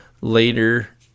later